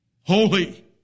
holy